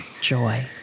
Joy